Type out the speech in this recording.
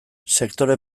sektore